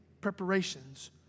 preparations